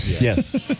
yes